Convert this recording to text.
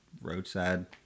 roadside